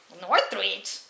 Northridge